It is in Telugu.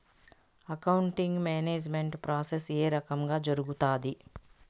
అకౌంటింగ్ మేనేజ్మెంట్ ప్రాసెస్ ఏ రకంగా జరుగుతాది